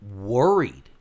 worried